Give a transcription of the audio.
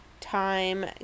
time